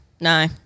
no